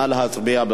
נא להצביע.